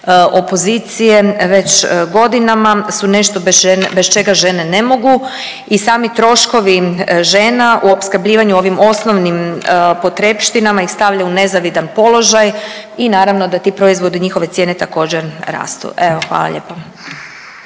opozicije već godinama su nešto bez čega žene ne mogu. I sami troškovi žena u opskrbljivanju ovim osnovnim potrepštinama ih stavlja u nezavidan položaj i naravno da ti proizvodi, njihove cijene također rastu. Evo hvala lijepa.